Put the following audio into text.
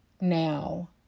Now